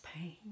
pain